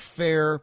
fair